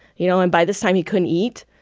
you know, and by this time, he couldn't eat.